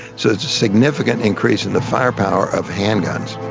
so it's a significant increase in the firepower of handguns.